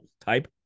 type